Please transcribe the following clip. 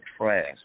trash